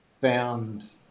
found